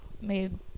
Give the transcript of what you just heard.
made